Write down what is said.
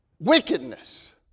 Wickedness